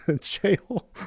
jail